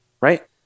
Right